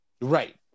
Right